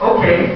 Okay